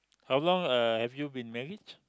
how long uh have you been married